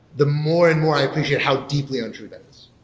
the more and more i appreciate how deeply and true that is.